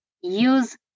use